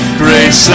grace